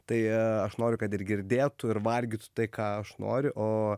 tai aš noriu kad ir girdėtų ir valgytų tai ką aš noriu o